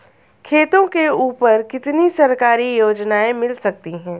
खेतों के ऊपर कितनी सरकारी योजनाएं मिल सकती हैं?